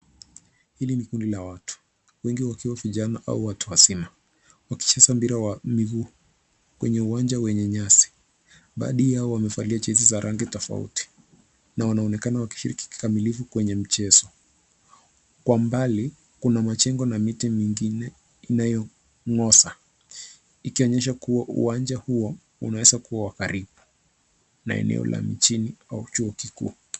Hili ni kundi la watu wengi wakiwa vijana au watu wazima wakicheza mpira wa miguu kwenye uwanja wenye nyasi. Baadhi yao alia jezi za rangi tofauti na wanaonekana wakishiriki kikamilifu kwenye mchezo. Kwa mbali kuna majengo na miti mingine inayong'oza ikionyesha kuwa uwanja huo unaweza kuwa karibu na eneo la mjini au chuo kikuu.